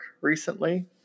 recently